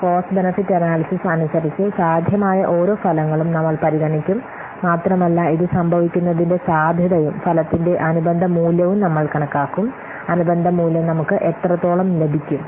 cost benefit analysis അനുസരിച്ച് സാധ്യമായ ഓരോ ഫലങ്ങളും നമ്മൾ പരിഗണിക്കും മാത്രമല്ല ഇത് സംഭവിക്കുന്നതിന്റെ സാധ്യതയും ഫലത്തിന്റെ അനുബന്ധ മൂല്യവും നമ്മൾ കണക്കാക്കും അനുബന്ധ മൂല്യം നമുക്ക് എത്രത്തോളം ലഭിക്കും